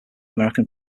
american